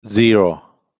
zero